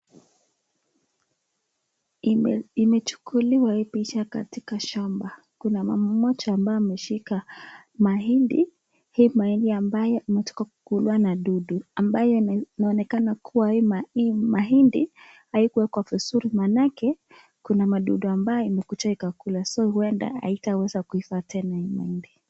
Imechukuliwa hii picha katika shamba, kuna mama mmoja ambaye ameshika mahindi, hii mahindi ambayo imetoka kukulwa na dudu ambayo inaonekana kuwa hii mahindi haikuwekwa vizuri maanake kuna madudu ambayo imekuja kula na huenda haitaweza kuiva tena hii mahindi.